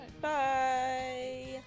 Bye